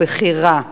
הוא בכי רע.